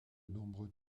nombreux